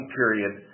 period